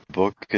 book